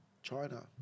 China